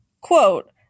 quote